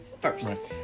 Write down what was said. first